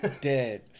Dead